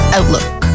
Outlook